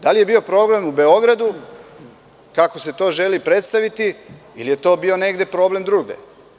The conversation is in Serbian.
Da li je bio problem u Beogradu, kako se to želi predstaviti, ili je bio problem negde drugde?